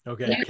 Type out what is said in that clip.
Okay